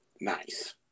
nice